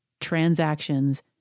transactions